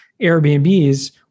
Airbnbs